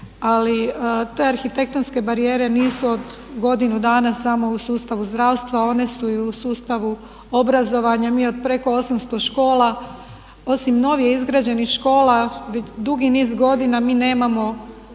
ali te arhitektonske barijere nisu od godinu dana samo u sustavu zdravstva. One su i u sustavu obrazovanja, mi od preko 800 škola osim novijih izgrađenih škola dugi niz godina, mi nemamo